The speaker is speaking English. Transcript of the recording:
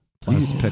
plus